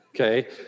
okay